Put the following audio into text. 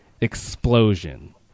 explosion